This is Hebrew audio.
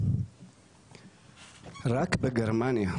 רק בגרמניה,